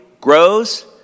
grows